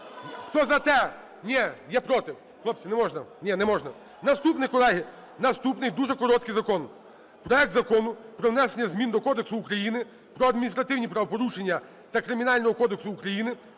у залі) Ні, я проти. Хлопці, не можна. ні, не можна. Наступний, колеги. Наступний - дуже короткий закон. Проект Закону про внесення змін до Кодексу України про адміністративні правопорушення та Кримінального кодексу України